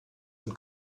and